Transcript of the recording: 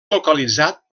localitzat